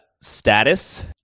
status